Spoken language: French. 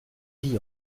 dit